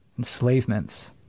enslavements